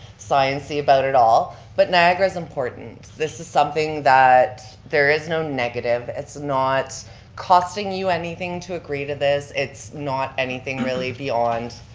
sciency about it all, but niagara's important. this is something that there is no negative, it's not costing you anything to agree to this. it's not anything really beyond.